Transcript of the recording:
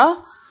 ಅದನ್ನು ಓದಬೇಕು